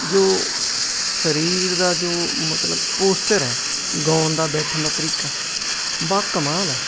ਜੋ ਸਰੀਰ ਦਾ ਜੋ ਮਤਲਬ ਪੋਸਚਰ ਹੈ ਗਾਉਣ ਦਾ ਬੈਠਣ ਦਾ ਤਰੀਕਾ ਬਾ ਕਮਾਲ ਹੈ